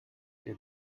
der